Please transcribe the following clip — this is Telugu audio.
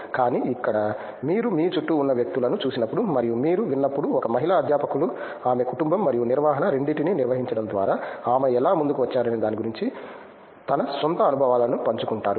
కానీ ఇక్కడ మీరు మీ చుట్టూ ఉన్న వ్యక్తులను చూసినప్పుడు మరియు మీరు విన్నప్పుడు ఒక మహిళా అధ్యాపకులు ఆమె కుటుంబం మరియు నిర్వహణ రెండింటినీ నిర్వహించడం ద్వారా ఆమె ఎలా ముందుకు వచ్చారనే దాని గురించి తన స్వంత అనుభవాలను పంచుకుంటారు